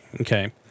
Okay